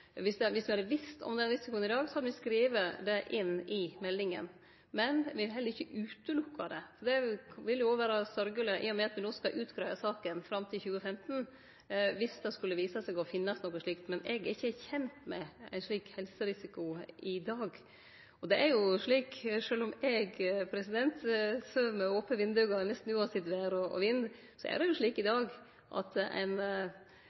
Viss me hadde visst om den risikoen i dag, hadde me skrive det inn i meldinga. Men me vil heller ikkje sjå bort frå det. Det ville vere sørgjeleg – i og med at me no skal utgreie saka fram til 2015 – om det skulle vise seg at ein finn noko slikt, men eg er ikkje kjent med ein slik helserisiko i dag. Sjølv om eg søv med ope vindauge, nesten uansett vêr og vind, finst det